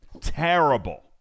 Terrible